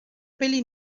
peli